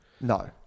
No